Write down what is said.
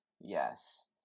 yes